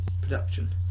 production